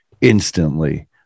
instantly